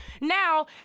Now